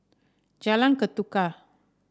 Jalan Ketuka